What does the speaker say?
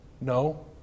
no